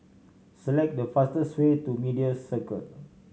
select the fastest way to Media Circle